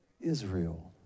Israel